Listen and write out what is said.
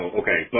okay